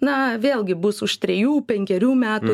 na vėlgi bus už trejų penkerių metų